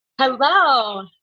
Hello